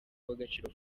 w’agaciro